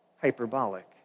hyperbolic